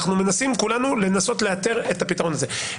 אנחנו מנסים כולנו לאתר את הפתרון לזה.